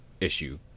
issue